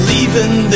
Leaving